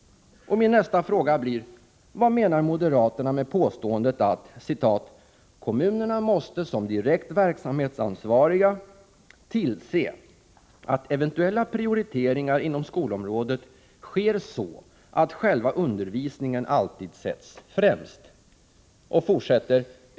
Min nästa fråga blir: Vad menar moderaterna med påståendet att kommunerna ”måste som direkt verksamhetsansvariga tillse att eventuella prioriteringar inom skolområdet sker så att själva undervisningen alltid sätts främst.